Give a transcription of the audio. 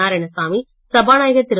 நாராயணசாமி சபாநாயகர் திரு